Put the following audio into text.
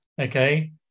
Okay